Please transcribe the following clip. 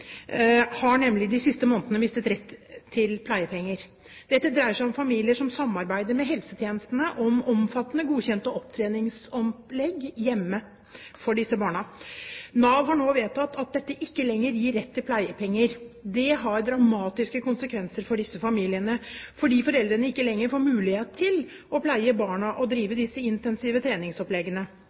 har de siste månedene mistet retten til pleiepenger. Dette dreier seg om familier som samarbeider med helsetjenestene om omfattende godkjente opptreningsopplegg hjemme for disse barna. Nav har nå vedtatt at dette ikke lenger gir rett til pleiepenger. Det har dramatiske konsekvenser for disse familiene fordi foreldrene ikke lenger får mulighet til å pleie barna og drive disse intensive treningsoppleggene.